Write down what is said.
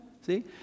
See